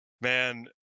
man